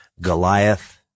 Goliath